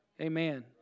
Amen